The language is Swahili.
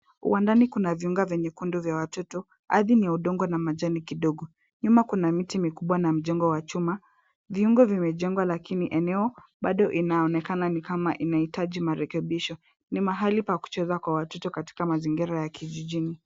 Uwandani kunajenga nyenye kundu vya watoto. Ardhi ni udongo na kidogo. Nyuma kuna miti mikubwa na mjengo wa chuma. Viungo vimejengwa lakini eneleo bado inaonekana ni kama inahitaji marekebisho. Ni mahali pa kucheza kwa watoto katika mazingira kijijini.